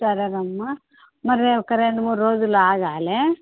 సరే రా అమ్మ మరి ఒక రెండు మూడు రోజులు ఆగాలి